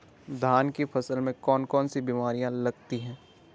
धान की फसल में कौन कौन सी बीमारियां लगती हैं?